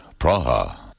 Praha